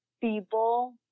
people